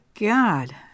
God